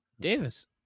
Davis